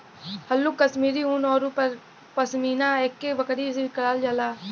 हल्लुक कश्मीरी उन औरु पसमिना एक्के बकरी से निकालल जाला